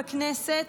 בכנסת,